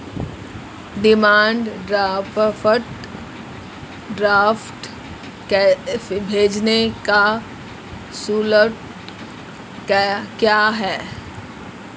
Demand draft भेजने का शुल्क क्या है?